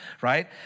right